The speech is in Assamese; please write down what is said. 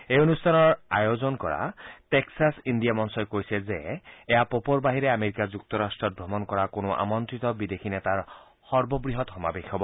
এই অনুষ্ঠানৰ আয়োজন কৰা টেক্সাচ ইণ্ডিয়া মঞ্চই কৈছে যে এয়া পপৰ বাহিৰে আমেৰিকা যুক্তৰট্টত ভ্ৰমণ কৰা কোনো আমন্তিত বিদেশী নেতাৰ সৰ্ববৃহৎ সমাৰেশ হ'ব